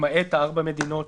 למעט ארבע מדינות